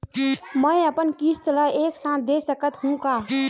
मै अपन किस्त ल एक साथ दे सकत हु का?